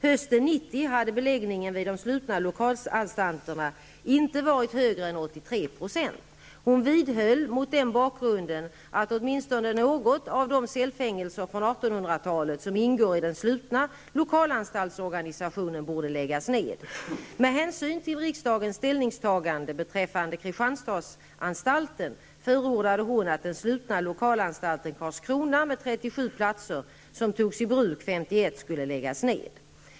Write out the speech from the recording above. Hösten 1990 hade beläggningen vid de slutna lokalanstalterna inte varit högre än 83 %. Hon vidhöll mot den bakgrunden att åtminstone något av de cellfängelser från 1800-talet, som ingår i den slutna lokalanstaltsorganisationen, borde läggas ned.